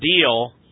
deal